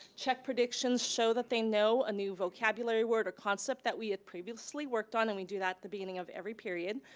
check predictions, show that they know a new vocabulary word or concept that we had previously worked on, and we do that at the beginning of every period,